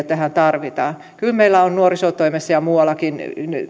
tähän tarvitaan kyllä meillä on nuorisotoimessa ja muuallakin